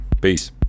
Peace